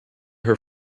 her